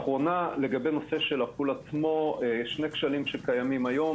לגבי נושא של הפול עצמו, שני כשלים שקיימים היום